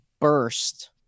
burst